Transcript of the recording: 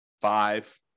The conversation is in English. five